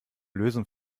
lösen